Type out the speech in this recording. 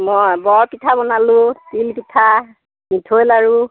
মই বৰপিঠা বনালোঁ তিল পিঠা মিঠৈ লাড়ু